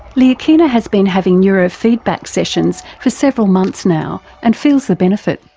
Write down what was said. leahkhana has been having neurofeedback sessions for several months now, and feels the benefit.